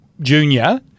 Junior